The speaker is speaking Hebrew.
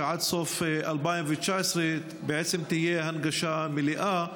שעד סוף 2019 בעצם תהיה הנגשה מלאה.